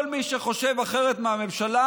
כל מי שחושב אחרת מהממשלה,